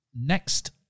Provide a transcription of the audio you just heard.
Next